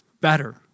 better